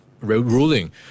ruling